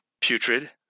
putrid